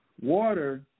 water